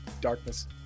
darkness